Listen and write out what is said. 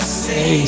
say